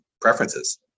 preferences